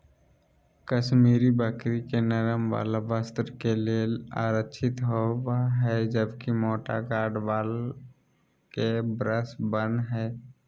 कश्मीरी बकरी के नरम वाल वस्त्र के लेल आरक्षित होव हई, जबकि मोटा गार्ड वाल के ब्रश बन हय